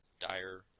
dire